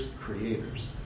creators